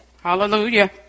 Hallelujah